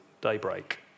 daybreak